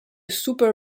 super